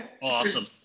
Awesome